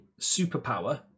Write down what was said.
superpower